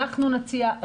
אנחנו נציע,